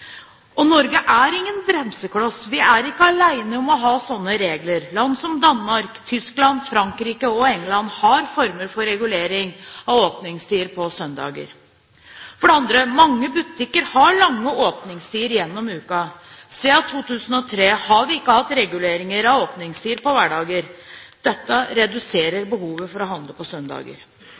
greit. Norge er ingen bremsekloss. Vi er ikke alene om å ha sånne regler. Land som Danmark, Tyskland, Frankrike og England har former for regulering av åpningstider på søndager. For det andre har mange butikker lange åpningstider gjennom uken. Siden 2003 har vi ikke hatt reguleringer av åpningstider på hverdager. Dette reduserer behovet for å handle på søndager.